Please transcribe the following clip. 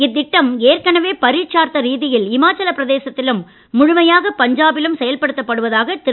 இத்திட்டம் ஏற்கனவே பரிட்சார்த்த ரீதியில் இமாச்சல பிரதேசத்திலும் முழுமையாக பஞ்சாபிலும் செயல்படுத்தப்படுவதாக திரு